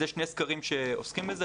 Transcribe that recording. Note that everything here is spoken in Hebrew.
אז יש שני סקרים שעוסקים בזה,